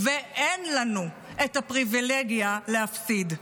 ואין לנו את הפריבילגיה להפסיד.